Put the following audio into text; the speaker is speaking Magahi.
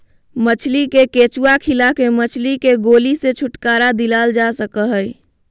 मछली के केंचुआ खिला के मछली के गोली से छुटकारा दिलाल जा सकई हई